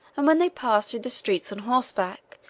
and when they passed through the streets on horseback,